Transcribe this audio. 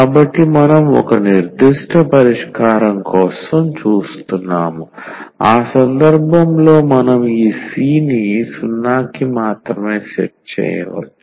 కాబట్టి మనం ఒక నిర్దిష్ట పరిష్కారం కోసం చూస్తున్నాము ఆ సందర్భంలో మనం ఈ C ని 0 కి మాత్రమే సెట్ చేయవచ్చు